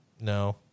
no –